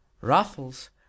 raffles